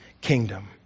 kingdom